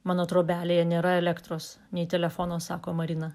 mano trobelėje nėra elektros nei telefono sako marina